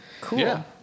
Cool